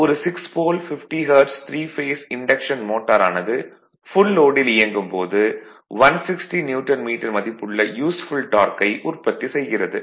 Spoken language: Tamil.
ஒரு 6 pole 50 hertz 3 phase induction motor ஆனது ஃபுல் லோடில் இயங்கும் போது 160 நியூட்டன் மீட்டர் மதிப்புள்ள யூஸ்ஃபுல் டார்க்கை உற்பத்தி செய்கிறது